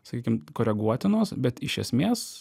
sakykim koreguotinos bet iš esmės